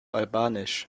albanisch